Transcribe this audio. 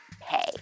pay